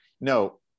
no